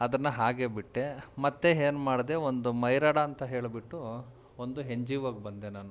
ಅದನ್ನು ಹಾಗೇ ಬಿಟ್ಟೆ ಮತ್ತು ಏನ್ ಮಾಡಿದೆ ಒಂದು ಮೈರಡಾ ಅಂತ ಹೇಳಿಬಿಟ್ಟೂ ಒಂದು ಹೆನ್ ಜಿ ಓಗೆ ಬಂದೆ ನಾನು